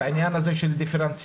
את העניין הזה של דיפרנציאלי,